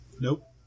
Nope